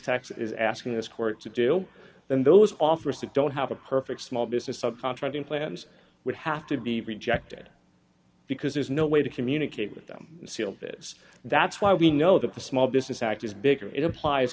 x x is asking this court to do then those offers that don't have a perfect small business of contracting plans would have to be rejected because there's no way to communicate with them sealed is that's why we know that the small business act is bigger it implies